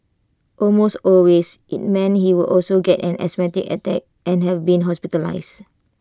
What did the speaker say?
almost always IT meant he would also get an asthmatic attack and have been hospitalised